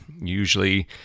Usually